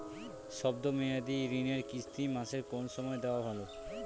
শব্দ মেয়াদি ঋণের কিস্তি মাসের কোন সময় দেওয়া ভালো?